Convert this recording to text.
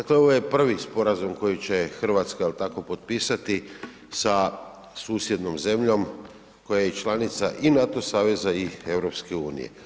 To je ovaj prvi sporazum koji će Hrvatska jel tako potpisati sa susjednom zemljom koja je i članica i NATO saveza i EU.